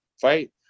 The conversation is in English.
fight